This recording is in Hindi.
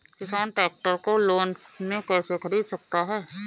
किसान ट्रैक्टर को लोन में कैसे ख़रीद सकता है?